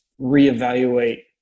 reevaluate